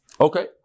Okay